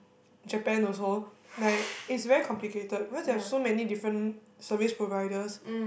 Japan also like it's very complicated because they have so many different service providers